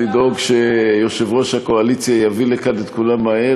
לדאוג שיושב-ראש הקואליציה יביא לכאן את כולם מהר,